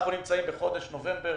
אנחנו נמצאים בחודש נובמבר.